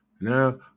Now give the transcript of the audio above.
now